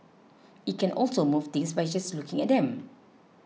it can also move things by just looking at them